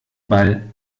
ball